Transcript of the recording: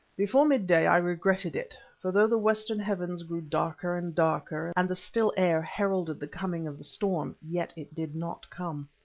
before mid-day i regretted it, for though the western heavens grew darker and darker, and the still air heralded the coming of the storm, yet it did not come.